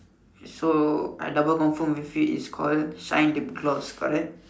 so I double confirm with you its called shine lip gloss correct